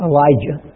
Elijah